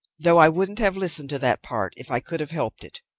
though i wouldn't have listened to that part if i could have helped it.